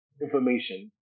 information